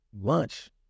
Lunch